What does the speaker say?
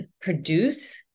produce